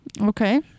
okay